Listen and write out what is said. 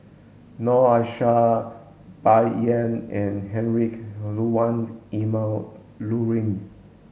Noor Aishah Bai Yan and Heinrich Ludwig Emil Luering